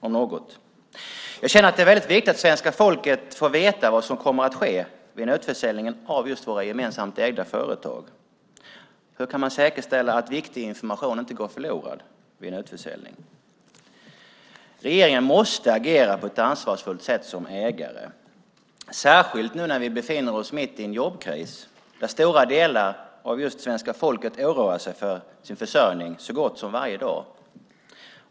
Jag känner att det är väldigt viktigt att svenska folket får veta vad som kommer att ske vid en utförsäljning av våra gemensamt ägda företag. Hur kan man säkerställa att viktig information inte går förlorad vid en utförsäljning? Regeringen måste agera på ett ansvarsfullt sätt som ägare, särskilt nu när vi befinner oss mitt i en jobbkris där stora delar av svenska folket oroar sig för sin försörjning så gott som varje dag.